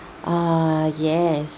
ah yes